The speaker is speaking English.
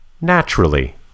Naturally